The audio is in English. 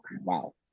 Wow